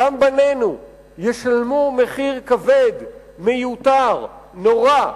גם בנינו ישלמו מחיר כבד, מיותר, נורא,